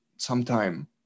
sometime